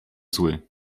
zły